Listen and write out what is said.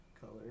color